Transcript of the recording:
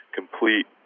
complete